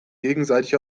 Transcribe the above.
gegenseitig